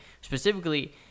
specifically